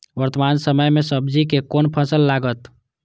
वर्तमान समय में सब्जी के कोन फसल लागत?